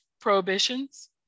prohibitions